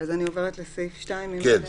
אני עוברת לסעיף 2, אם אין הערות.